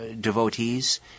devotees